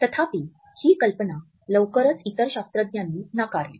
तथापि ही कल्पना लवकरच इतर शास्त्रज्ञांनी नाकारली